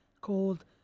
called